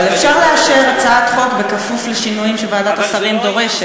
אבל אפשר לאשר הצעת חוק כפוף לשינויים שוועדת השרים דורשת.